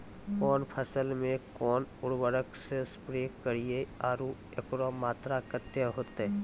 कौन फसल मे कोन उर्वरक से स्प्रे करिये आरु एकरो मात्रा कत्ते होते?